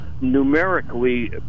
numerically